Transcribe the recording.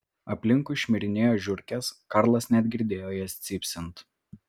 aplinkui šmirinėjo žiurkės karlas net girdėjo jas cypsint